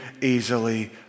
easily